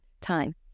time